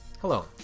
Hello